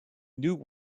new